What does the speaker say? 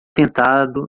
tentado